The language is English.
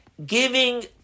giving